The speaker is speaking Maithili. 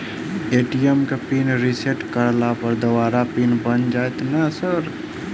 ए.टी.एम केँ पिन रिसेट करला पर दोबारा पिन बन जाइत नै सर?